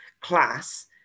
class